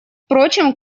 впрочем